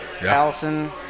Allison